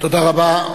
תודה רבה.